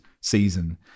season